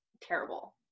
terrible